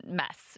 mess